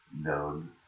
known